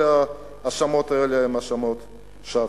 כל ההאשמות האלה הן האשמות שווא.